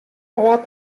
âld